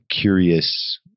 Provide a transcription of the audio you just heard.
curious